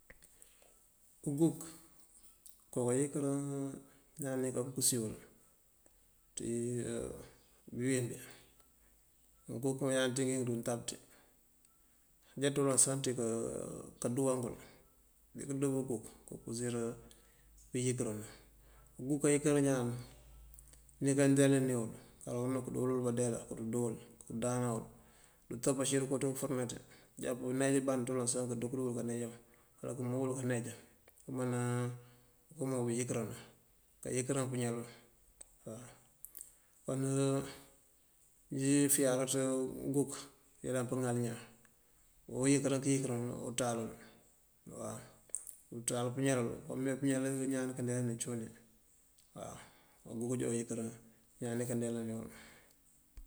Uguk oko kayinkër iñaani káankúsëwul ţi uwewi. Uguk uwi iñaan ţinjëëwul ţi untamb ţi aja ţíi uloŋ sá ţi kaandúwaakul, bikënduwukuk ukusir pëyinkërun. Uguk kayinkërin iñaan nínkandeelëni uwul. Kar unú kundúwëlu báandeela, kundúwël, kuundáaná uwul kutopácír ţëko ţi ufërënáa ţi. Ujá bëneej umband uloŋ sá këëdo puru këneejan wala këëmob uwul káneejan. Umámaa umo uyinkërinú kayinkëraan pëñalú. nji fiyaraţ uguk yëlan pëŋal iñaan oyínkër këyinkërinú uţaalol. uţaalu pëñalul umeene pëñal iñaan ninkan ndeelanin cúuni. uguk joo uyinkër iñaan ninkan ndeelani uwul.